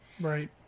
Right